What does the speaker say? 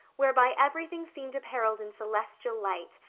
whereby everything seemed apparelled in celestial light,